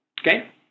Okay